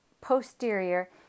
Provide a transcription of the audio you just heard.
posterior